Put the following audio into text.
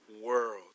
world